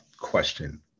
question